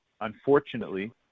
unfortunately